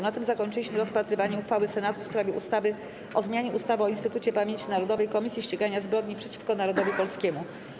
Na tym zakończyliśmy rozpatrywanie uchwały Senatu w sprawie ustawy o zmianie ustawy o Instytucie Pamięci Narodowej - Komisji Ścigania Zbrodni przeciwko Narodowi Polskiemu.